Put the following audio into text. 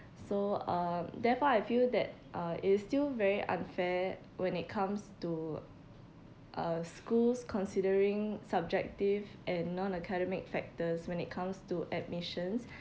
so uh therefore I feel that uh it's still very unfair when it comes to uh schools considering subjective and no- academic factors when it comes to admissions